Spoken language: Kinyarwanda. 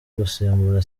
gusimbura